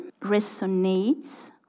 resonates